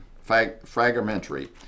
fragmentary